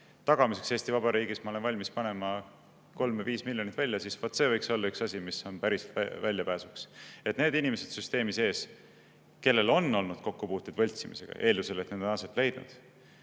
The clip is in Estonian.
tagamiseks Eesti Vabariigis ma olen valmis panema 3 või 5 miljonit välja, siis see võiks olla üks asi, mis on päriselt väljapääsuks. Need inimesed süsteemi sees, kellel on olnud kokkupuuteid võltsimisega, eeldusel, et need on aset leidnud,